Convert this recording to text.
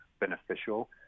beneficial